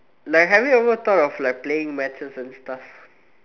like have you ever thought of like playing matches and stuff